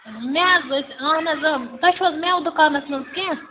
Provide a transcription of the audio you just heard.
مےٚ حظ ٲسۍ اَہَن حظ آ تۄہہِ چھُو حظ مٮ۪وٕ دُکانَس منٛز کیٚنٛہہ